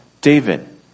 David